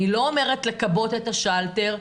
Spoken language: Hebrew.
אני לא אומרת לכבות את השלטר,